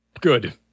good